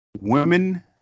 women